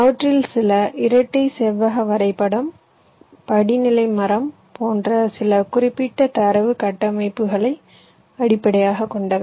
அவற்றில் சில இரட்டை செவ்வக வரைபடம் படிநிலை மரம் போன்ற சில குறிப்பிட்ட தரவு கட்டமைப்புகளை அடிப்படையாகக் கொண்டவை